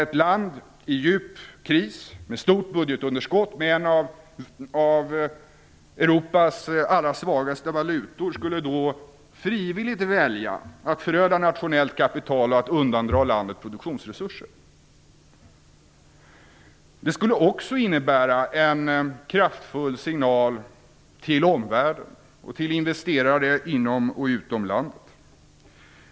Ett land i djup kris, med ett stort budgetunderskott och med en av Europas allra svagaste valutor, skulle då frivilligt föröda nationellt kapital och undandra landet produktionsresurser. Det skulle också vara en kraftfull signal till omvärlden och till investerare inom och utom landet.